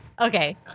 Okay